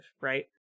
right